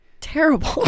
terrible